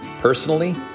Personally